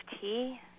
tea